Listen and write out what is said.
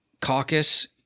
caucus